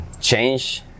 change